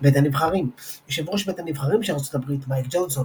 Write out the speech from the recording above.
בית הנבחרים יושב ראש בית הנבחרים של ארצות הברית מייק ג'ונסון